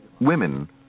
Women